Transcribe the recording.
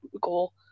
goal